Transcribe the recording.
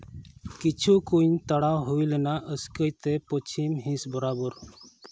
ᱠᱤᱪᱷᱩ ᱠᱩᱧ ᱛᱟᱲᱟᱣ ᱦᱩᱭ ᱞᱮᱱᱟ ᱟᱥᱠᱟᱭᱛᱮ ᱯᱚᱪᱷᱤᱢ ᱦᱤᱸᱥ ᱵᱚᱨᱟᱵᱚᱨ